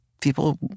People